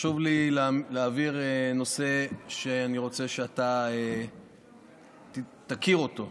חשוב לי להבהיר נושא שאני רוצה שאתה תכיר אותו.